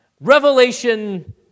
revelation